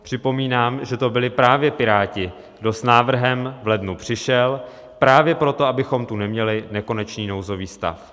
Připomínám, že to byli právě Piráti, kdo s návrhem v lednu přišel, právě proto, abychom tu neměli nekonečný nouzový stav.